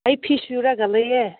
ꯑꯩ ꯐꯤ ꯁꯨꯔꯒ ꯂꯩꯌꯦ